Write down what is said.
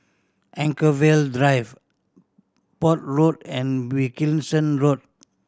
Anchorvale Drive Port Road and Wilkinson Road